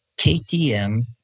KTM